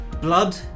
blood